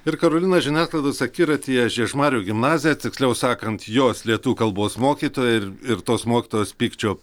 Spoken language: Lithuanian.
ir karolina žiniasklaidos akiratyje žiežmarių gimnazija tiksliau sakant jos lietuvių kalbos mokytoja ir ir tos mokytojos pykčio